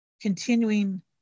continuing